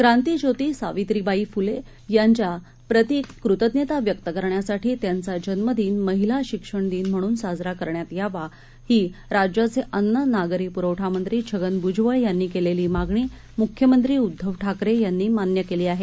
क्रांतीज्योतीसावित्रीबाईफ़लेयांच्याप्रतीक़तज्ञताव्यक्तकरण्यासाठीत्यांचाजन्मदिनमहि लाशिक्षणदिन म्हणूनसाजराकरण्यातयावाहीराज्याचेअन्न नागरीप्रवठामंत्रीछगनभ्जबळयांनीकेलेलीमागणीम्ख्यमंत्रीउध्दवठाकरेयांनीमान्यकेलीआहे